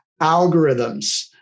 algorithms